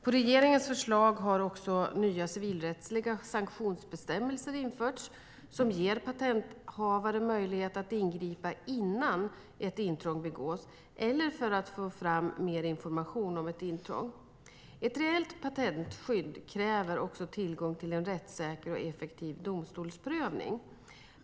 På regeringens förslag har även nya civilrättsliga sanktionsbestämmelser införts som ger patenthavare möjlighet att ingripa innan ett intrång begås eller att få fram mer information om ett intrång. Ett reellt patentskydd kräver också tillgång till en rättssäker och effektiv domstolsprövning.